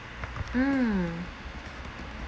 mm